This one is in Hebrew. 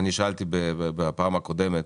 אני שאלתי בפעם הקודמת